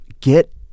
Get